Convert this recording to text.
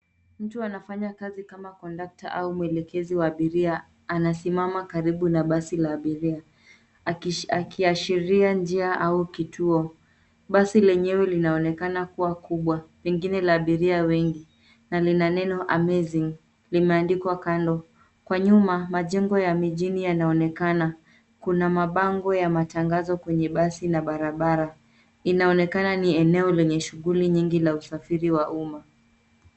Mtu ana fanya kazi kama conductor au mwelekezi wa abiria anasimama karibu na basi la abiria akiashiria njia au kituo. Basi lenyewe linaonekana kuwa kubwa pengine la abiria wengi na lina neno amazing limeandikwa kando, kwa nyuma majengo ya mijini yanaonekana kuna mabango ya matangazo kwenye basi na barabara inaonekana ni eneo lenye shughuli nyingi la usafiri wa umma.